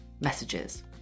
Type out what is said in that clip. messages